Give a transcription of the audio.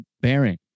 bearing